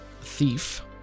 thief